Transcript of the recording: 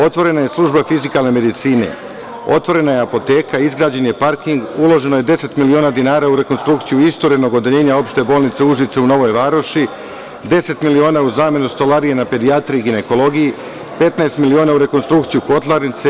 Otvorena je služba fizikalne medicine, otvorena je apoteka, izgrađen je parking, uloženo je 10 miliona dinara u rekonstrukciju isturenog odeljenja opštine bolnice u Užicu i u Novoj Varoši, 10 miliona za zamenu stolarije na pedijatriji i ginekologiji, 15 miliona za rekonstrukciju kotlarnice.